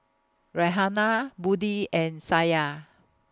Raihana Budi and Syah